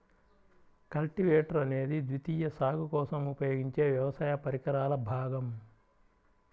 cultivator అనేది ద్వితీయ సాగు కోసం ఉపయోగించే వ్యవసాయ పరికరాల భాగం